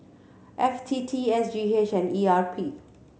F T T S G H and E R P